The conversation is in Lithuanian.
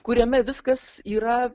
kuriame viskas yra